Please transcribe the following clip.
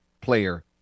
player